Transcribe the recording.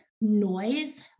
noise